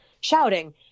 shouting